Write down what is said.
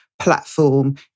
platform